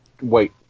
Wait